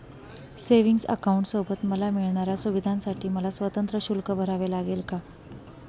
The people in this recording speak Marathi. सेविंग्स अकाउंटसोबत मला मिळणाऱ्या सुविधांसाठी मला स्वतंत्र शुल्क भरावे लागेल का?